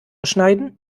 schneiden